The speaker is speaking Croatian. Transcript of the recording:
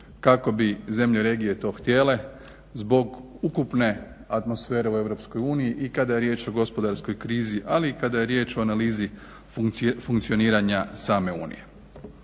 kako bi zemlje regije to htjele zbog ukupne atmosfere u EU i kada je riječ o gospodarskoj krizi ali i kada je riječ o analizi funkcioniranja same Unije.